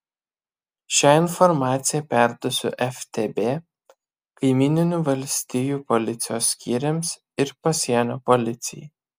šią informaciją perduosiu ftb kaimyninių valstijų policijos skyriams ir pasienio policijai